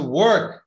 work